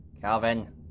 Calvin